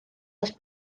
las